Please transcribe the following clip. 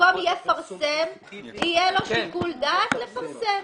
במקום יפרסם, יהיה לו שיקול דעת לפרסם.